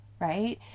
right